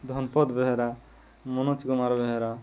Dhanapada Behera Manoj Kumar Behera